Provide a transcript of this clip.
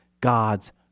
God's